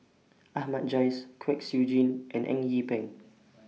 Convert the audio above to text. Ahmad Jais Kwek Siew Jin and Eng Yee Peng